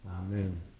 Amen